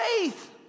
faith